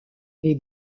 les